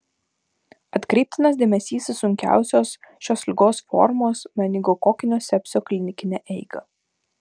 atkreiptinas dėmesys į sunkiausios šios ligos formos meningokokinio sepsio klinikinę eigą